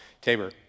Tabor